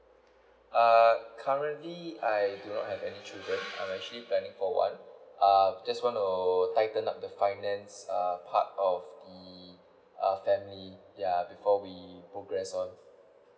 err currently I do not have any children I'm actually planning for one uh just want to tighten up the finance uh part of the uh family yeah before we progress on